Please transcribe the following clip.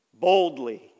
boldly